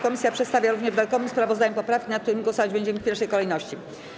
Komisja przedstawia również dodatkowym sprawozdaniu poprawki, nad którymi głosować będziemy w pierwszej kolejności.